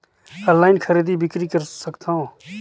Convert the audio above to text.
Online खरीदी बिक्री कर सकथव?